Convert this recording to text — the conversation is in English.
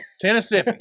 Tennessee